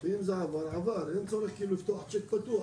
ואם זה עבר עבר, אין צורך לפתוח צ'ק פתוח.